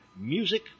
music